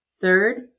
Third